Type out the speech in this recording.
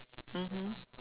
mmhmm